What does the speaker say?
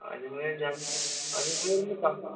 अजमेर जाना है अजमेर में कहाँ